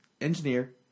Engineer